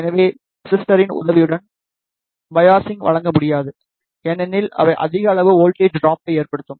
எனவே ரெஸிஸ்டரின் உதவியுடன் பையாஸ்சிங் வழங்க முடியாது ஏனெனில் அவை அதிக அளவு வோல்ட்டேஜ் ட்ராபை ஏற்படுத்தும்